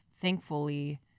Thankfully